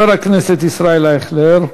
חבר הכנסת ישראל אייכלר.